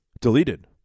Deleted